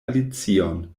alicion